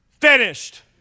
finished